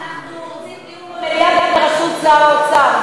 אנחנו רוצים דיון במליאה בראשות שר האוצר.